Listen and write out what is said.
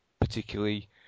particularly